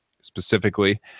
specifically